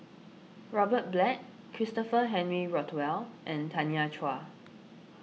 Robert Black Christopher Henry Rothwell and Tanya Chua